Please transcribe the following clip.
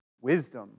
wisdom